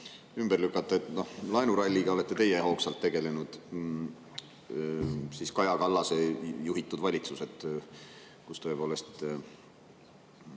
ümber lükata. Laenuralliga olete teie hoogsalt tegelenud – Kaja Kallase juhitud valitsused, kus tõepoolest